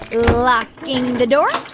locking the door.